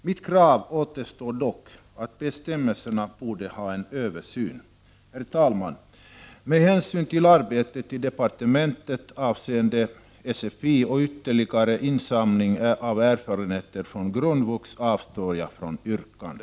Mitt krav återstår ändock — bestämmelserna borde ges en översyn. Herr talman! Med hänsyn till arbetet i departementet avseende sfi och ytterligare insamling av erfarenheter från grundvux avstår jag från ett yrkande.